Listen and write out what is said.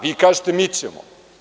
Vi kažete – mi ćemo.